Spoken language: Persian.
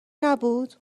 نبود